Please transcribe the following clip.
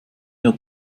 wir